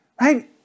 right